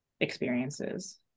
experiences